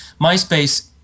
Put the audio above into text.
MySpace